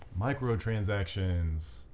microtransactions